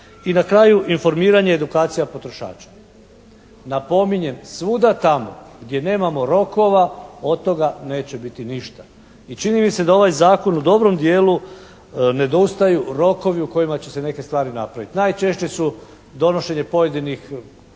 I na kraju informiranje i edukacija potrošača. Napominjem svuda tamo gdje nemamo rokova od toga neće biti ništa. I čini mi se da ovaj zakon u dobrom dijelu nedostaju rokovi u kojima će se neke stvari napraviti. Najčešće su donošenje pojedinih